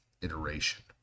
iteration